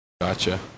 Gotcha